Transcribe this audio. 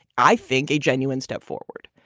i think, a genuine step forward.